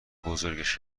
بزرگش